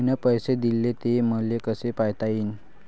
मिन पैसे देले, ते मले कसे पायता येईन?